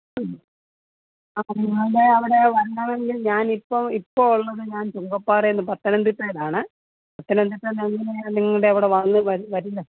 ആ നിങ്ങളുടെ അവിടെ വന്നവരിൽ ഞാൻ ഇപ്പം ഇപ്പം ഉള്ളത് ഞാൻ ചുങ്കപ്പാറയിൽ പത്തനംതിട്ടയിലാണ് പത്തനംതിട്ടയിൽ നിന്ന് എങ്ങനെയാണ് നിങ്ങളുടെ അവിടെ വന്ന് വരുന്നത്